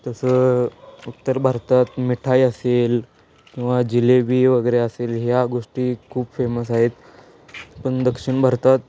तसं उत्तर भारतात मिठाई असेल किंवा जिलेबी वगैरे असेल ह्या गोष्टी खूप फेमस आहेत पण दक्षिण भारतात